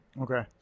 Okay